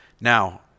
Now